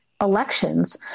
elections